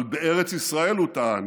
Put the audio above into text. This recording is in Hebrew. אבל בארץ ישראל, הוא טען,